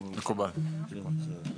אם אני מבין נכון,